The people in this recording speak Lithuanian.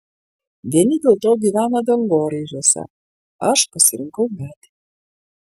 vieni dėl to gyvena dangoraižiuose aš pasirinkau medį